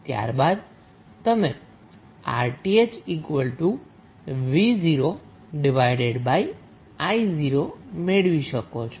ત્યારબાદ તમે 𝑅𝑇ℎ𝑣0𝑖0 મેળવી શકો છો